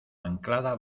anclada